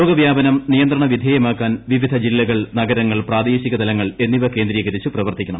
രോഗവ്യാപനം നിയന്ത്രണ വിധേയമാക്കാൻ വിവിധ ജില്ലകൾ നഗരങ്ങൾ പ്രാദേശികതലങ്ങൾ എന്നിവ കേന്ദ്രീകരിച്ച് പ്രവർത്തിക്കണം